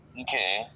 Okay